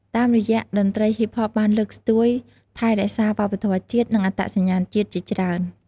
តាមរយៈតន្ត្រីហ៊ីបហបបានលើកស្ទួយ ថែរក្សាវប្បធម៌ជាតិ និងអត្តសញ្ញាណជាតិជាច្រើន។